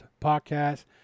podcast